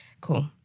Cool